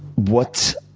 what,